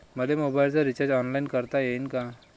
मले मोबाईलच recharge online करता येईन का?